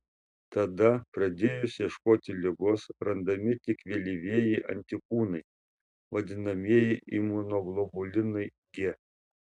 tada pradėjus ieškoti ligos randami tik vėlyvieji antikūnai vadinamieji imunoglobulinai g